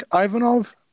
Ivanov